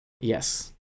Yes